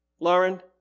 Lauren